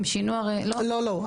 לא, לא.